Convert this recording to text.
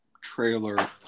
trailer